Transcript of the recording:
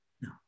No